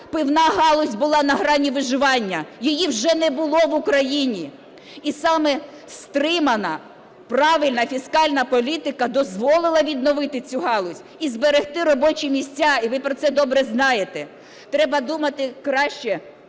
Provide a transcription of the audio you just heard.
пивна галузь була на грані виживання, її вже не було в Україні. І саме стримана, правильна фіскальна політика дозволила відновити цю галузь і зберегти робочі місця, і ви про це добре знаєте. Треба думати краще